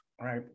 right